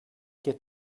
get